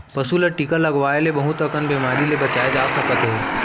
पसू ल टीका लगवाए ले बहुत अकन बेमारी ले बचाए जा सकत हे